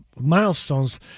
milestones